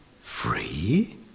free